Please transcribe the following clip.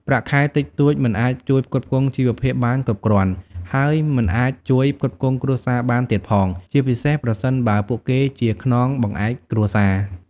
ប្រាក់ខែតិចតួចមិនអាចជួយផ្គត់ផ្គង់ជីវភាពបានគ្រប់គ្រាន់ ហើយមិនអាចជួយផ្គត់ផ្គង់គ្រួសារបានទៀតផង ជាពិសេសប្រសិនបើពួកគេជាខ្នងបង្អែកគ្រួសារ។